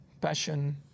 passion